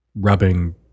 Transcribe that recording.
Rubbing